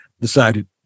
decided